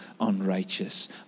unrighteous